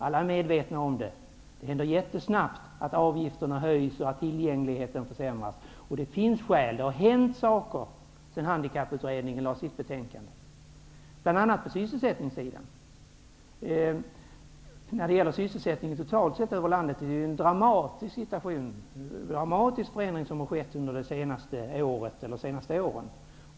Alla är medvetna om att avgifterna höjs och att tillgängligheten försämras. Det har hänt saker sedan Handikapputredningen lade fram sitt betänkande, bl.a. på sysselsättningssidan. När det gäller sysselsättningen i landet totalt sett har ju en dramatisk förändring skett under de senaste åren.